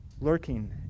lurking